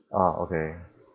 ah okay